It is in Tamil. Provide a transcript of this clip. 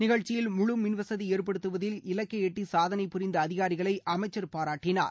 நிகழ்ச்சியில் முழு மின்வசதி ஏற்படுத்துவதில் இலக்கை எட்டி சாதனை புரிந்த அதிகாரிகளை அமைச்சர் பாராட்டினார்